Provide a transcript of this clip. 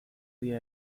dira